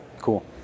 Cool